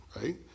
right